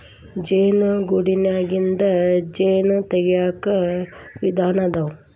ಜೇನು ಗೂಡನ್ಯಾಗಿಂದ ಜೇನ ತಗಿಯಾಕ ವಿಧಾನಾ ಅದಾವ